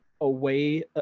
away